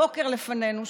ובוקר לפנינו,